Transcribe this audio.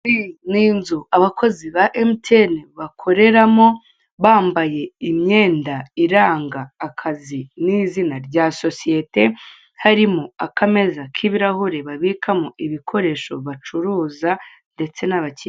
Iyi ni inzu abakozi ba Emutiyeni bakoreramo bambaye imyenda iranga akazi n'izina rya sosiyete. Harimo akameza k'ibirahure babikamo ibikoresho bacuruza, ndetse n'abakiriya..